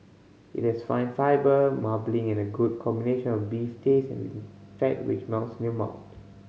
it has fine fibre marbling and a good combination of beef taste and fat which melts in your mouth